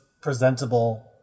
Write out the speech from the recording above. presentable